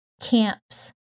camps